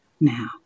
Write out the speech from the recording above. now